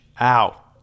Ow